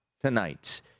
tonight